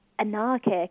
anarchic